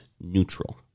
neutral